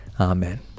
Amen